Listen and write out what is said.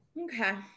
Okay